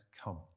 Come